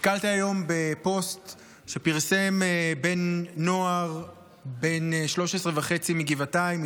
נתקלתי היום בפוסט שפרסם בן נוער בן 13 וחצי מגבעתיים,